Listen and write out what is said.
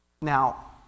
Now